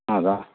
ಹೌದಾ